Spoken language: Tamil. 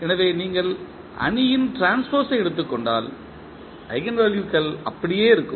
எனவே நீங்கள் அணியின் டிரன்ஸ்போஸ் ஐ எடுத்துக் கொண்டால் ஈஜென்வெல்யூக்கள் அப்படியே இருக்கும்